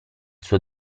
suo